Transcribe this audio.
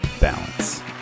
balance